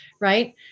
right